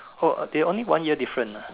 oh they only one year different ah